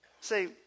Say